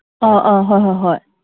ꯑꯥ ꯑꯥ ꯍꯣꯏ ꯍꯣꯏ ꯍꯣꯏ